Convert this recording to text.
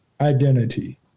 identity